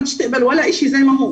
היא לא הייתה מקבלת שום דבר כמו שהוא,